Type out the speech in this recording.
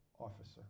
officer